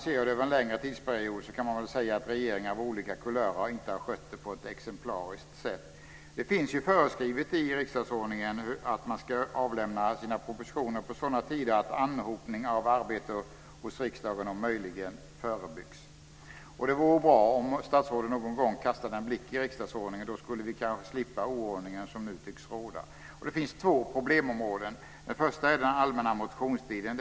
Sett över en längre tidsperiod kan man säga att regeringar av olika kulörer inte har skött detta på ett exemplariskt sätt. Det föreskrivs i riksdagsordningen att propositioner ska avlämnas på sådana tider att anhopning av arbete hos riksdagen om möjligt förebyggs. Det vore bra om statsråden någon gång kastade en blick i riksdagsordningen. Då kanske vi skulle slippa den oordning som nu tycks råda. Det finns två problemområden. Det första är den allmänna motionstiden.